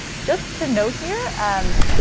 just to note here, um,